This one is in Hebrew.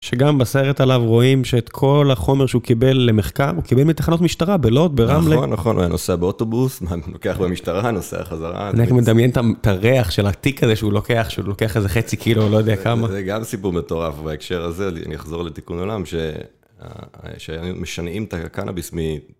שגם בסרט עליו רואים שאת כל החומר שהוא קיבל למחקר, הוא קיבל מתחנות משטרה, בלוד, ברמלה. נכון, נכון, הוא היה נוסע באוטובוס, הוא לוקח במשטרה, נוסע חזרה. אני מדמיין את הריח של התיק הזה שהוא לוקח, שהוא לוקח איזה חצי קילו, לא יודע כמה. זה גם סיפור מטורף בהקשר הזה, אני אחזור לתיקון עולם, ש... שהם משנעים את הקאנביס מ...